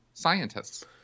scientists